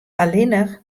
allinnich